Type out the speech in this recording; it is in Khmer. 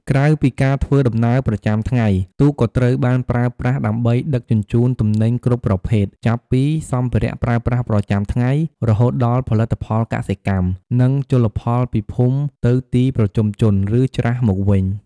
ក្រៅពីការធ្វើដំណើរប្រចាំថ្ងៃ ទូកក៏ត្រូវបានប្រើប្រាស់ដើម្បីដឹកជញ្ជូនទំនិញគ្រប់ប្រភេទ ចាប់ពីសម្ភារៈប្រើប្រាស់ប្រចាំថ្ងៃ រហូតដល់ផលិតផលកសិកម្ម និងជលផលពីភូមិទៅទីប្រជុំជន ឬច្រាសមកវិញ។